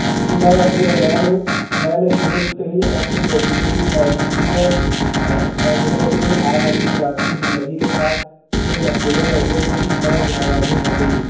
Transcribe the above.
جی میں عبد الرحمٰن ہوں میں نے شروع سے ہی آپ کے کیریئر کی پیروی کی ہے اور میں کہ آپ اپنی ذاتی زندگی کے ساتھ اپنے مطلوبہ کیریئر کو کس طرح متوازن رکھیں گی